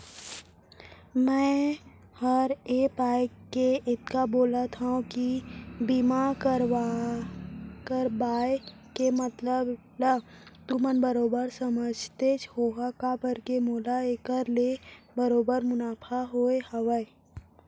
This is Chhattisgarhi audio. मैं हर ए पाय के अतका बोलत हँव कि बीमा करवाय के मतलब ल तुमन बरोबर समझते होहा काबर के मोला एखर ले बरोबर मुनाफा होय हवय